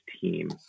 team